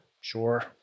Sure